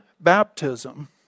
baptism